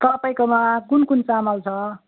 तपाईँकोमा कुन कुन चामल छ